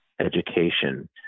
education